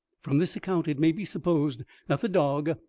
from this account it may be supposed that the dog,